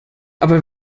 aber